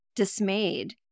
dismayed